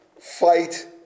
fight